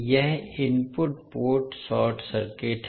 यह input ports short circuit है